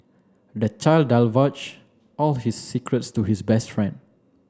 the child divulged all his secrets to his best friend